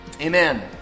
Amen